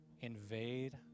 invade